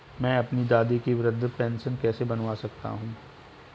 मैं अपनी दादी की वृद्ध पेंशन कैसे बनवा सकता हूँ?